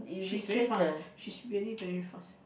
she's very fast she's very very fast